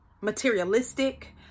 materialistic